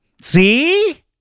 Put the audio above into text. See